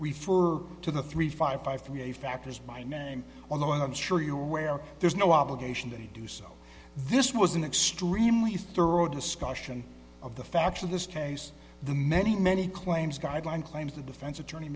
refer to the three five five three eight factors by name on the and i'm sure you're aware there's no obligation to do so this was an extremely thorough discussion of the fact in this case the many many claims guideline claims the defense attorney